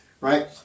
right